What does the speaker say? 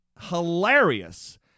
Hilarious